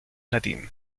latín